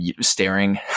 staring